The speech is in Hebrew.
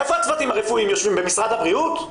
איפה הצוותים הרפואיים יושבים, במשרד הבריאות?